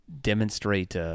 demonstrate